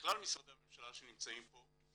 ובכלל משרדי הממשלה שנמצאים פה,